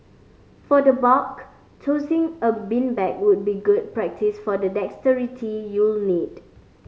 for the bulk tossing a beanbag would be good practice for the dexterity you'll need